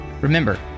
Remember